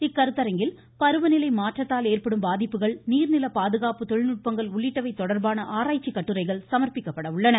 இக்கருத்தரங்கில் பருவநிலை மாற்றத்தால் ஏற்படும் பாதிப்புகள் நீர்நில பாதுகாப்பு தொழில்நுட்பங்கள் உள்ளிட்டவை தொடர்பான ஆராய்ச்சி கட்டுரைகள் சமர்ப்பிக்கப்பட உள்ளன